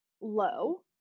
low